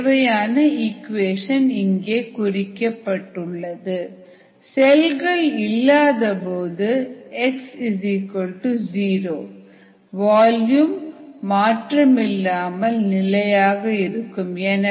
KL aCO2 CO2V qO2xV ddt செல்கள் இல்லாதபோது x0 volume மாற்றமில்லாமல் நிலையாக இருக்கும் V constant